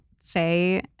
say